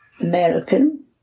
American